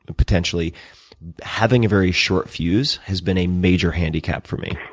ah potentially having a very short fuse has been a major handicap for me.